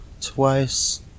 twice